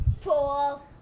Pool